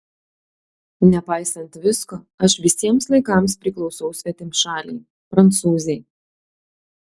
nepaisant visko aš visiems laikams priklausau svetimšalei prancūzei